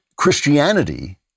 Christianity